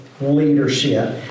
leadership